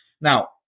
Now